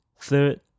third